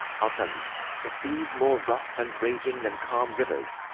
i ll tell you the sea s more rough and raging than calm rivers,